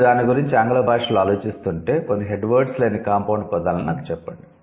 మీరు దాని గురించి ఆంగ్ల భాషలో ఆలోచిస్తుంటే కొన్ని 'హెడ్ వర్డ్స్' లేని 'కాంపౌండ్' పదాలను నాకు చెప్పండి